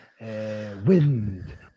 Wind